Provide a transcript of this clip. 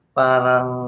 parang